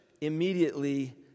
immediately